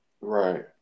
Right